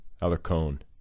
Alarcon